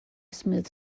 smooth